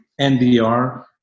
NDR